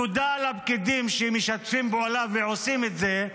תודה לפקידים שמשתפים פעולה ועושים את זה,